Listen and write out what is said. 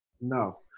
No